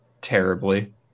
terribly